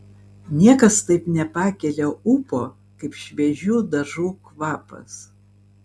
niekas taip nepakelia ūpo kaip šviežių dažų kvapas